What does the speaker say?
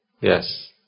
Yes